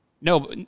No